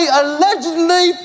allegedly